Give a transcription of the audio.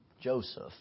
Joseph